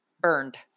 burned